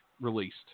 released